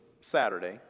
Saturday